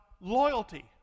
loyalty